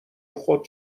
خود